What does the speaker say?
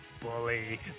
bully